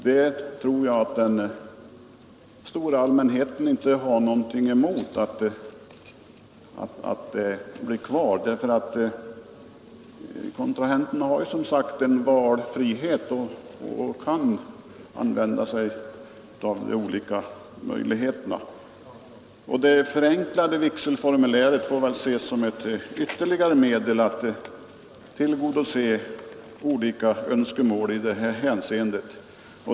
Det ger ju kontrahenterna möjlighet att själva bestämma formen för sin vigsel. Det förenklade borgerliga vigselformuläret får väl ses som ett medel att tillgodose ytterligare önskemål i det hänseendet.